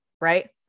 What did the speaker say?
Right